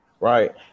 Right